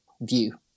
view